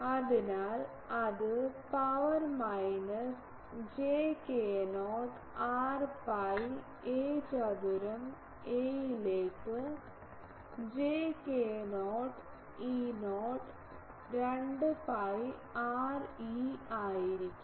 അതിനാൽ അത് power minus j k0 r pi a ചതുരം a ലേക്ക് j k0 E0 2 pi r e ആയിരിക്കും